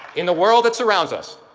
in the world that surrounds us,